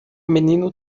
menino